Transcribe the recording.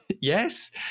Yes